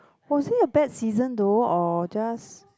was it a bad season though or just